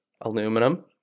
aluminum